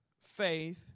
faith